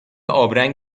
آبرنگ